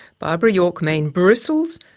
barbara york main bristles,